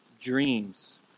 dreams